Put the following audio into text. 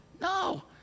No